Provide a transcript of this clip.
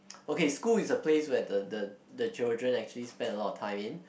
okay school is a place where the the the children actually spend a lot of time in